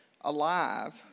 alive